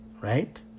right